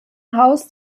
haus